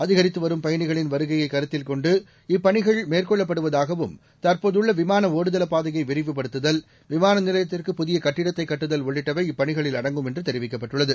அதிகரித்து வரும் பயணிகளின் வருகையை கருத்தில் கொண்டு மேற்கொள்ளப்படுவதாகவும் தற்போதுள்ள விமான ஒடுதள பாதையை விரிவுபடுத்துதல் விமான நிலையத்திற்கு புதிய கட்டிடத்தை கட்டுதல் உள்ளிட்டவை இப்பணிகளில் அடங்கும் என்று தெரிவிக்கப்பட்டுள்ளது